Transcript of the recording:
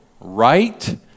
right